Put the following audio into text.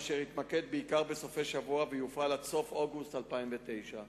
אשר יתמקד בעיקר בסופי-שבוע ויופעל עד סוף אוגוסט 2009,